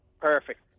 Perfect